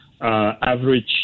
average